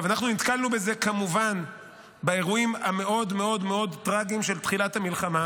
אנחנו נתקלנו בזה כמובן באירועים המאוד-מאוד טרגיים של תחילת המלחמה,